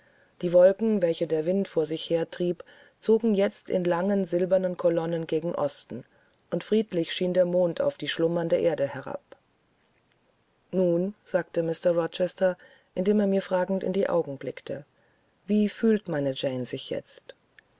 die wolken welche der wind vor sich hertrieb zogen jetzt in langen silbernen kolonnen gegen osten und friedlich schien der mond auf die schlummernde erde herab nun sagte mr rochester indem er mir fragend in die augen blickte wie fühlt meine jane sich jetzt